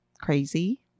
crazy